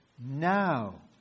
now